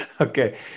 okay